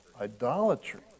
Idolatry